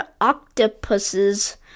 octopuses